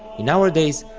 in our days,